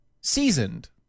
seasoned